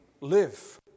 live